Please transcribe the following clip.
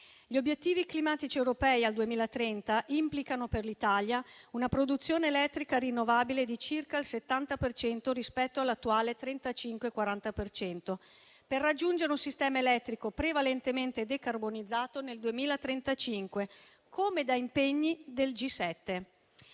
Gli obiettivi climatici europei al 2030 implicano per l'Italia una produzione elettrica rinnovabile di circa il 70 per cento rispetto all'attuale 35-40 per cento, per raggiungere un sistema elettrico prevalentemente decarbonizzato nel 2035, come da impegni del G7.